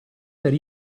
per